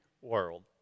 world